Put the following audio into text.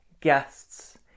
guests